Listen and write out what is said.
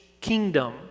kingdom